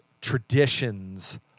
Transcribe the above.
traditions